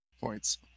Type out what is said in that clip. points